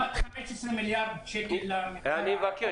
תמורת 15 מיליארד שקל --- אני מבקש,